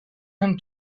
him